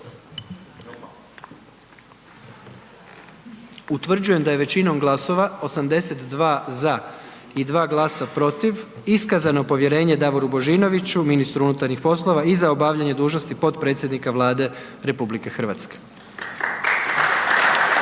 Utvrđujem da je većinom glasova, 82 ZA i 2 PROTIV, iskazano povjerenje Zdravku Mariću, ministru financija i za obavljanje dužnosti potpredsjednika Vlade Republike Hrvatske.